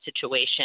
situation